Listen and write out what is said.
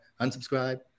unsubscribe